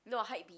no hypebeast